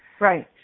Right